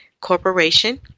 corporation